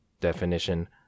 Definition